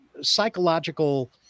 psychological